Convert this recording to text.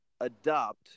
adopt